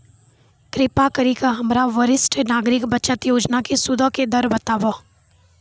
कृपा करि के हमरा वरिष्ठ नागरिक बचत योजना के सूदो के दर बताबो